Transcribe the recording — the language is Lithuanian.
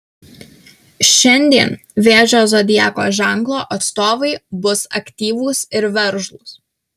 šiandien vėžio zodiako ženklo atstovai bus aktyvūs ir veržlūs